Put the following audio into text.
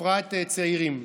בפרט צעירים.